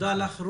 תודה לך.